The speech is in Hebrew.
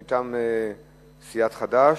מטעם סיעת חד"ש.